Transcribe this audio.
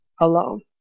alone